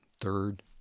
third